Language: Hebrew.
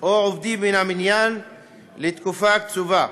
או עובדים מן המניין לתקופה קצובה.